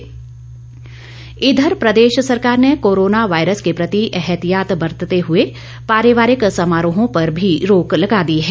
प्रतिबंध इधर प्रदेश सरकार ने कोरोना वायरस के प्रति एहतियात बर्तते हुए पारिवारिक समारोहों पर भी रोक लगा दी है